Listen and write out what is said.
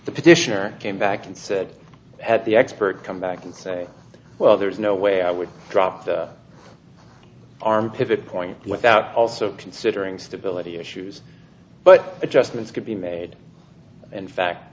petitioner came back and said at the expert come back and say well there's no way i would drop the arm pivot point without also considering stability issues but adjustments could be made in fact